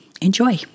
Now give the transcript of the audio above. enjoy